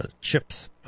chips